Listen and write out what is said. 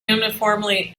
uniformly